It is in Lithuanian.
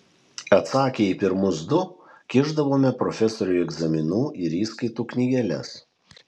atsakę į pirmus du kišdavome profesoriui egzaminų ir įskaitų knygeles